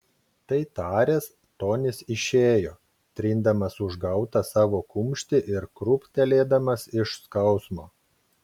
tai taręs tonis išėjo trindamas užgautą savo kumštį ir krūptelėdamas iš skausmo